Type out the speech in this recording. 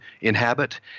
inhabit